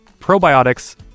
Probiotics